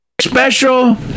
special